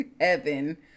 Heaven